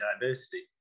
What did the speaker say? diversity